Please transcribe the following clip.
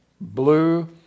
blue